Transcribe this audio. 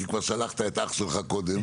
כי כבר שלחת את אח שלך קודם,